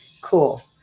Cool